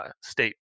state